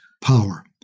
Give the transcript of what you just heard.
power